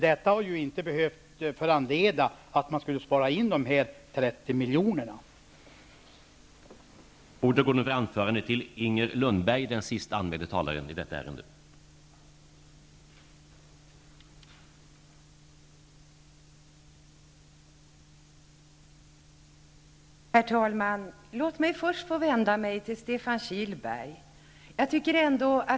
Detta hade inte behövt föranleda att man skulle spara in dessa 30 milj.kr.